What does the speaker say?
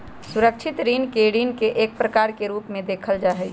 सुरक्षित ऋण के ऋण के एक प्रकार के रूप में देखल जा हई